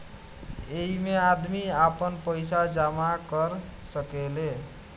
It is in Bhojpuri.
ऐइमे आदमी आपन पईसा जमा कर सकेले